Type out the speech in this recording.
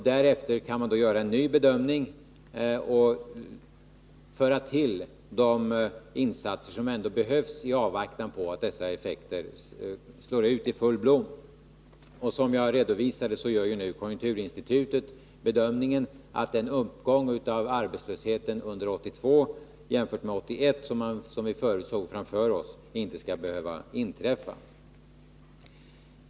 Därefter kan man göra en ny bedömning och föra till de insatser som ändå behövs i avvaktan på att effekterna av dessa åtgärder skall slå ut i full blom. Som jag redovisade gör konjunkturinstitutet nu bedömningen att den uppgång av arbetslösheten under 1982 jämfört med 1981 som vi såg framför oss inte skall behöva inträffa.